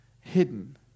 hidden